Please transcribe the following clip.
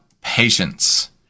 patience